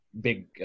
big